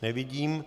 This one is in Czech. Nevidím.